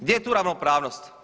Gdje je tu ravnopravnost?